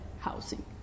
housing